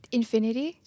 infinity